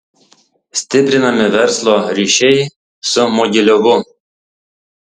stiprinami verslo ryšiai su mogiliovu